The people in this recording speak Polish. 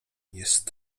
jest